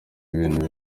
ibintu